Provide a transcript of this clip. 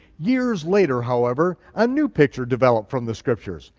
years later, however, a new picture developed from the scriptures,